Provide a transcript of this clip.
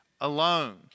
alone